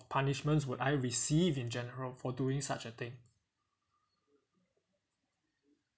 punishments would I receive in general for doing such a thing